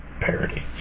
parody